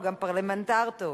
הוא גם פרלמנטר טוב.